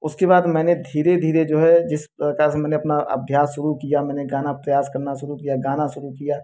उसके बाद मैंने धीरे धीरे जो है जिस प्रकार से मैंने अपना अभ्यास शुरू किया मैंने गाना प्रयास करना शुरू किया गाना शुरू किया